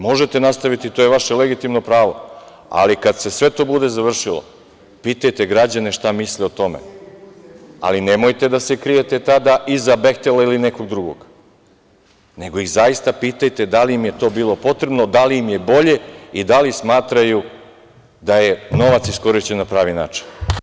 Možete nastaviti, to je vaše legitimno pravo, ali kad se sve to bude završilo, pitajte građane šta misle o tome, ali nemojte da se krijete tada iza „Behtela“ ili nekog drugog, nego ih zaista pitajte da li im je to bilo potrebno, da li im je bolje i da li smatraju da je novac iskorišćen na pravi način.